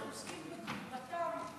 אנחנו עוסקים בגבורתם,